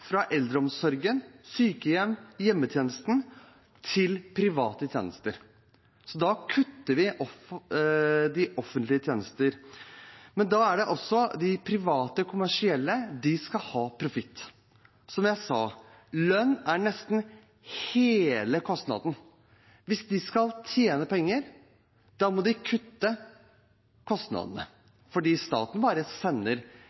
fra eldreomsorgen, fra sykehjem og hjemmetjenesten, til private tjenester. Da kutter de i offentlige tjenester. Men de private kommersielle skal ha profitt, og som jeg sa: Lønn er nesten hele kostnaden. Hvis de skal tjene penger, må de kutte kostnadene, for staten sender